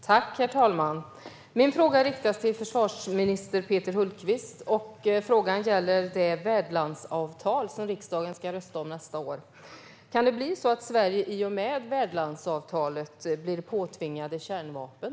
Herr talman! Min fråga riktas till försvarsminister Peter Hultqvist och gäller det värdlandsavtal som riksdagen ska rösta om nästa år. Kan det bli så att Sverige i och med värdlandsavtalet blir påtvingat kärnvapen?